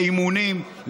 לאימונים,